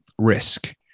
risk